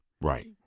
Right